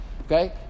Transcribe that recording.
Okay